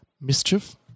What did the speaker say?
Mischief